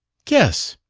guess!